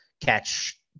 catch